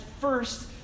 first